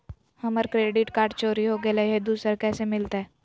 हमर credit card चोरी हो गेलय हई, दुसर कैसे मिलतई?